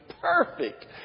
perfect